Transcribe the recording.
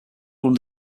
were